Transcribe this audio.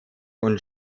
und